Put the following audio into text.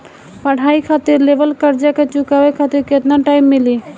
पढ़ाई खातिर लेवल कर्जा के चुकावे खातिर केतना टाइम मिली?